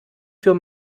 für